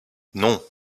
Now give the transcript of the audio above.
non